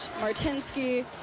Martinsky